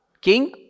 king